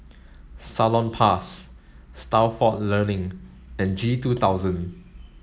Salonpas Stalford Learning and G two thousand